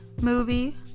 movie